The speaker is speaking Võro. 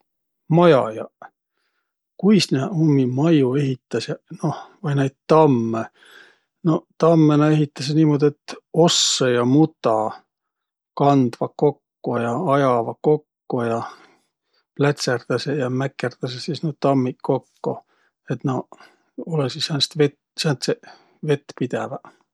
Majajaq? Kuis nä ummi majjo ehitäseq? Noq, vai naid tammõ? Noq, tammõ nä ehitäseq niimuudu, et ossõ ja muta kandvaq kokko ja, ja ajavaq kokko ja plätserdäseq ja mäkerdäseq sis nuuq tammiq kokko, et naaq olõsiq säänest vett- sääntseq vettpidäväq.